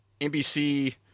NBC